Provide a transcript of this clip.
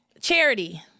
Charity